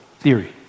theory